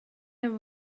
have